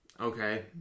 Okay